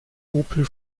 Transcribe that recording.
opel